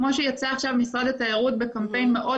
כמו שיצא עכשיו משרד התיירות בקמפיין מאוד